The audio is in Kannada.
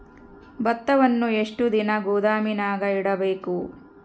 ಭತ್ತವನ್ನು ಎಷ್ಟು ದಿನ ಗೋದಾಮಿನಾಗ ಇಡಬಹುದು?